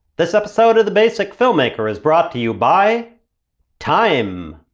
this episode of the basic filmmaker is brought to you by time!